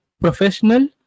professional